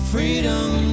Freedom